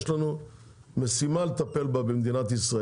יש לנו במדינת ישראל משימה לטפל בה,